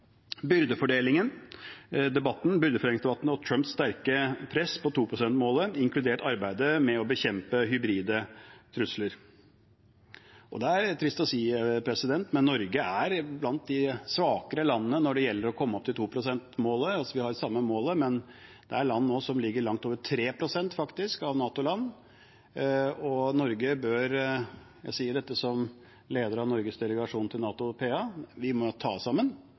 Trumps sterke press på 2-prosentmålet og arbeidet med å bekjempe hybride trusler. Det er trist å si, men Norge er blant de svakere landene når det gjelder å komme seg opp til 2-prosentmålet. Vi har det samme målet, men det er nå NATO-land som faktisk ligger langt over 3 pst. Norge bør – jeg sier dette som leder av Norges delegasjon til NATO PA – ta oss sammen